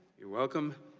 you're welcome.